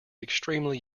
extremely